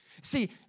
See